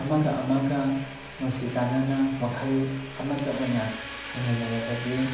ꯑꯃꯒ ꯑꯃꯒ ꯅꯨꯡꯁꯤ ꯆꯥꯟꯅꯅ ꯋꯥꯈꯜ ꯑꯃꯇ ꯑꯣꯏꯅ ꯍꯤꯡꯃꯤꯟꯅꯔꯕꯗꯤ